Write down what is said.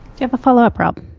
you have a follow-up, rob?